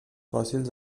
fòssils